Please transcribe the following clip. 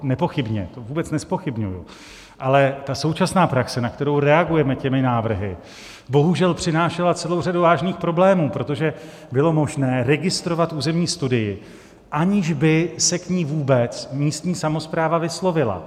Nepochybně, to vůbec nezpochybňuji, ale současná praxe, na kterou reagujeme těmi návrhy, bohužel přinášela celou řadu vážných problémů, protože bylo možné registrovat územní studii, aniž by se k ní vůbec místní samospráva vyslovila.